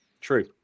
True